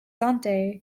ante